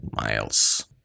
Miles